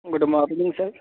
good morning sir